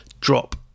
Drop